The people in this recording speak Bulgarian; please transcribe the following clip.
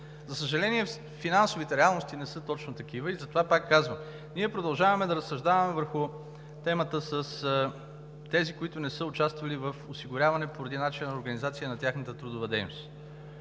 За съжаление, финансовите реалности не са точно такива и затова, пак казвам, ние продължаваме да разсъждаваме върху темата с тези, които не са участвали в осигуряване поради начина на организация на тяхната трудова дейност,